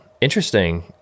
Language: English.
interesting